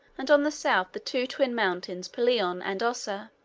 and on the south the two twin mountains pelion and ossa.